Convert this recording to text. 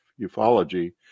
ufology